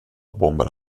bomber